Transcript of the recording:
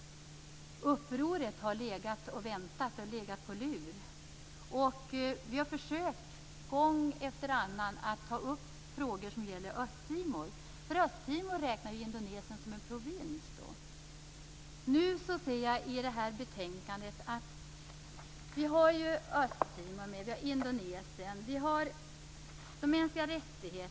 Upproret har legat och väntat. Det har legat på lur. Vi har gång efter annan försökt att ta upp frågor som gäller Östtimor. Indonesien räknar I betänkandet ser jag att vi har med Östtimor. Vi har med Indonesien. Vi har med de mänskliga rättigheterna.